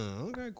Okay